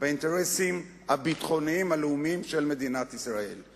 באינטרסים הביטחוניים הלאומיים של מדינת ישראל.